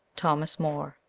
thomas moore.